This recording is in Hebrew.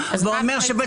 דבריו.